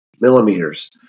millimeters